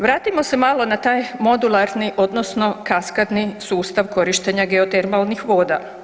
Vratimo se malo na taj modularni odnosno kaskadni sustav korištenja geotermalnih voda.